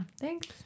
thanks